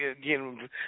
again